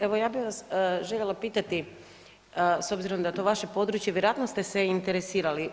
Evo ja bi vas željela pitati, s obzirom da je to vaše područje, vjerojatno ste se interesirali.